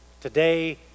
today